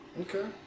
Okay